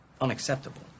Unacceptable